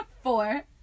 four